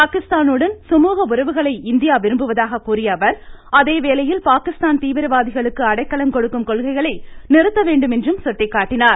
பாகிஸ்தானுடன் சுமுக உறவுகளை இந்தியா கூறியஅவர் விரும்புவதாக அதேவேளையில் பாகிஸ்தான் தீவிரவாதிகளுக்கு அடைக்கலம் கொடுக்கும் கொள்கைகளை நிறுத்தவேண்டும் என்றும் சுட்டிக்காட்டினார்